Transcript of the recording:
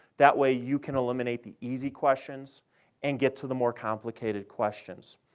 that way, you can eliminate the easy questions and get to the more complicated questions.